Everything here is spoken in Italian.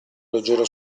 leggero